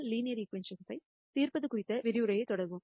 linear ஈகிவேஷன்கள் தீர்ப்பது குறித்த விரிவுரையைத் தொடருவோம்